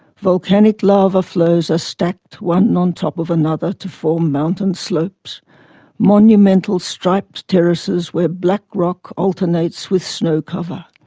volcanic lava flows are stacked one on top of another to form mountain slopes monumental striped terraces where black rock alternates with snow cover.